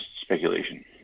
speculation